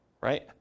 right